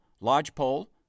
Lodgepole